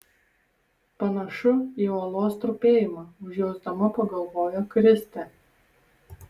panašu į uolos trupėjimą užjausdama pagalvojo kristė